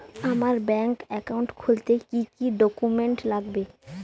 আমার bank account খুলতে কি কি ডকুমেন্ট লাগবে?